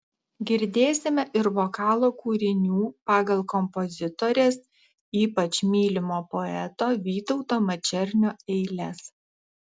girdėsime ir vokalo kūrinių pagal kompozitorės ypač mylimo poeto vytauto mačernio eiles